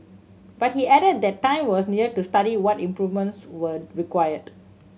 but he added that time was needed to study what improvements were required